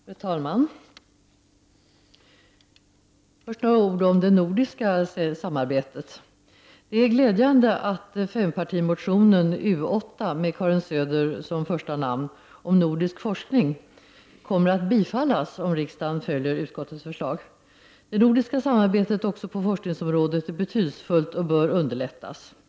Fru talman! Först några ord om det nordiska samarbetet. Det är glädjande att fempartimotionen U8, om nordisk forskning, med Karin Söder som första namn kommer att bifallas om riksdagen följer utskottets förslag. Det nordiska samarbetet också på forskningsområdet är betydelsefullt och bör underlättas.